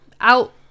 out